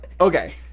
Okay